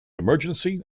emergency